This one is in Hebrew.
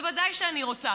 בוודאי שאני רוצה,